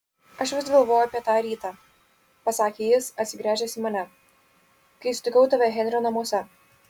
aš vis galvoju apie tą rytą pasakė jis atsigręžęs į mane kai sutikau tave henrio namuose